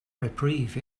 reprieve